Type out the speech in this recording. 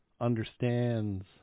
understands